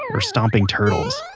or stomping turtles